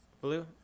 Blue